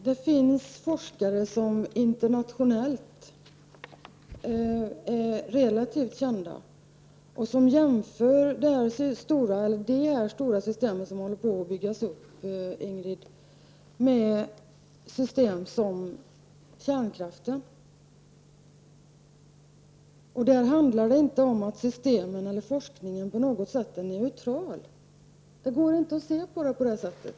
Herr talman! Det finns internationellt relativt kända forskare som jämför de stora system som håller på att byggas upp med ett system som kärnkraften. Det handlar inte om att systemen eller forskningen på något sätt är neutrala. Det går inte att se dem på det sättet.